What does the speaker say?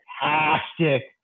fantastic